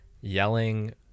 yelling